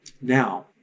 Now